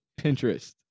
Pinterest